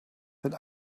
that